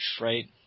right